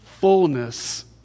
fullness